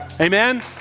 Amen